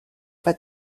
pas